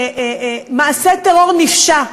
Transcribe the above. מעשה טרור נפשע,